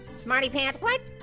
smartypants, what?